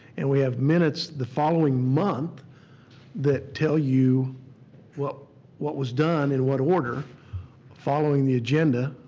and we have minutes the following month that tell you what what was done in what order following the agenda,